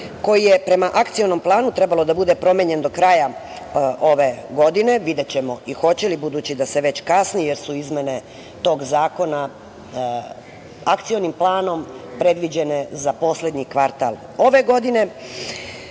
koji je prema akcionom planu trebalo da bude promenjen do kraja ove godine, videćemo i hoće li budući da se već kasni, jer su izmene tog zakona akcionim planom predviđene za poslednji kvartal ove godine.